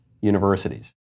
universities